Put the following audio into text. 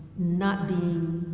not being,